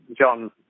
John